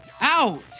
out